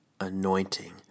Anointing